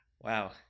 Wow